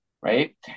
right